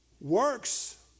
works